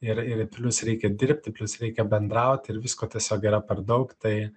ir ir plius reikia dirbti plius reikia bendrauti ir visko tiesiog yra per daug tai